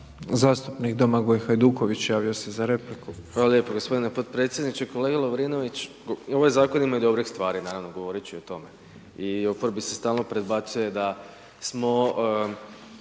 Hvala lijepo gospodine potpredsjedniče. Kolega Lovrinović i ovaj zakon ima dobrih stvari, naravno, govoriti ću i o tome. I u oporbi se stalno prebacuje da smo